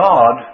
God